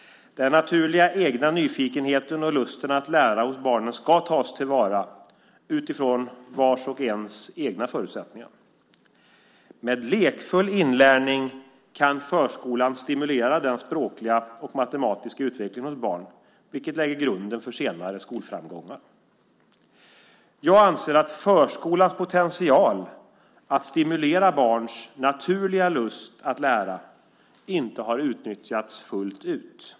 Den naturliga egna nyfikenheten och lusten att lära hos barnen ska tas till vara, utifrån vars och ens egna förutsättningar. Med lekfull inlärning kan förskolan stimulera den språkliga och matematiska utvecklingen hos barn, vilket lägger grunden för senare skolframgångar. Jag anser att förskolans potential att stimulera barns naturliga lust att lära inte har utnyttjats fullt ut.